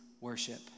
worship